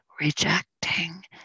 rejecting